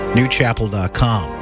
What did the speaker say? Newchapel.com